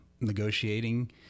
negotiating